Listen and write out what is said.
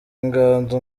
inganzo